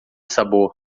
sabor